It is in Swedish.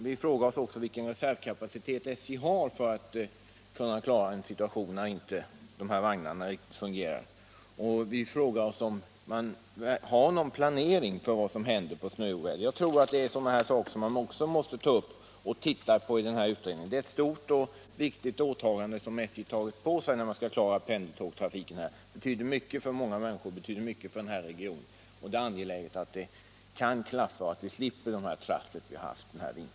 Vi frågar oss vilken reservkapacitet SJ har för att kunna klara en situation då inte dessa vagnar riktigt fungerar, och vi frågar 133 oss om man har någon planering för vad som skall hända vid snöoväder. Det är sådana saker som jag tror att man också måste ta upp och titta på i den här utredningen. Det är ett stort och viktigt åtagande som SJ har att klara pendeltågtrafiken. Det betyder mycket för många människor och för den här regionen, och det är angeläget att detta kan klaffa och att vi slipper det trassel vi har haft den här vintern.